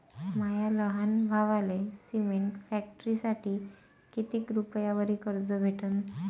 माया लहान भावाले सिमेंट फॅक्टरीसाठी कितीक रुपयावरी कर्ज भेटनं?